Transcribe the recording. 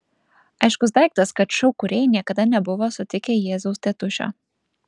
aiškus daiktas kad šou kūrėjai niekada nebuvo sutikę jėzaus tėtušio